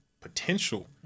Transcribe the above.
potential